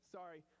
Sorry